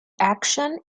action